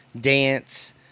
Dance